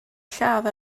lladd